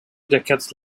decades